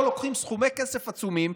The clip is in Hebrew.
פה לוקחים סכומי כסף עצומים,